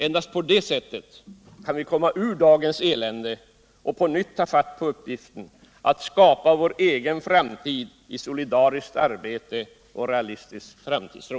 Endast på det sättet kan vi komma ur dagens elände och på nytt ta fatt på uppgiften att skapa vår egen framtid i solidariskt arbete och realistisk framtidstro.